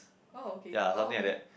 oh okay oh okay